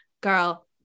girl